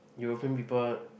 European people